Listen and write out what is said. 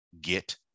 get